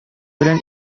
белән